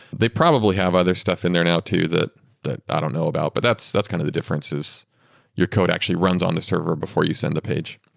they probably have other stuff in there now too that that i don't know about, but that's that's kind of the difference is your code actually runs on the server before you send the page